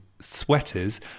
sweaters